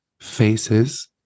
faces